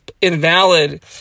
invalid